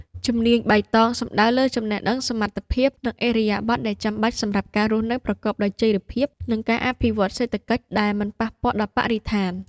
ជំនាញបៃតងសំដៅលើចំណេះដឹង សមត្ថភាព និងឥរិយាបថដែលចាំបាច់សម្រាប់ការរស់នៅប្រកបដោយចីរភាព និងការអភិវឌ្ឍន៍សេដ្ឋកិច្ចដែលមិនប៉ះពាល់ដល់បរិស្ថាន។